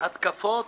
התקפות